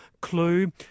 clue